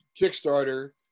Kickstarter